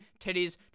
titties